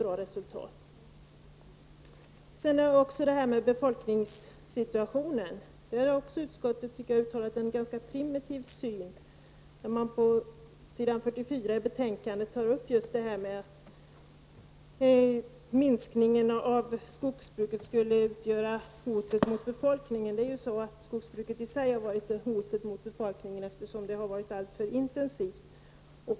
I fråga om befolkningssituationen har utskottet, tycker jag, uttalat en ganska primitiv syn. På s. 44 i betänkandet sägs att en minskning av skogsbruket skulle utgöra ett hot mot befolkningen. Men det är ju skogsbruket i sig som har varit hotet mot befolkningen, eftersom det har varit alltför intensivt.